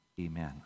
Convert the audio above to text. Amen